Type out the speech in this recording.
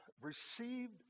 received